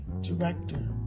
director